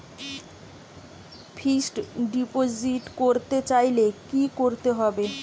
Fixed deposit করতে চাইলে কি করতে হবে?